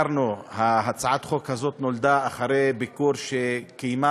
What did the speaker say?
הצעת החוק הזאת נולדה אחרי ביקור שקיימה